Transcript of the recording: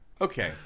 Okay